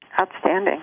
Outstanding